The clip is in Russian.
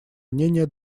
мнения